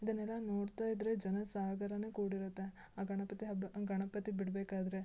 ಇದನೆಲ್ಲ ನೋಡ್ತಾ ಇದ್ದರೆ ಜನ ಸಾಗರನೇ ಕೂಡಿರುತ್ತೆ ಆ ಗಣಪತಿ ಹಬ್ಬ ಗಣಪತಿ ಬಿಡಬೇಕಾದ್ರೆ